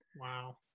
Wow